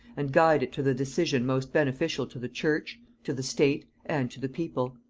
and guide it to the decision most beneficial to the church, to the state, and to the people.